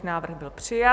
Návrh byl přijat.